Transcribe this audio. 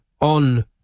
on